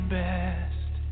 best